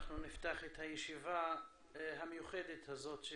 אנחנו נפתח את הישיבה המיוחדת הזאת של